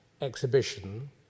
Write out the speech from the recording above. exhibition